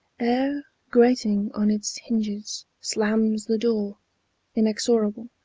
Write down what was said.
ere, grating on its hinges, slams the door inexorable.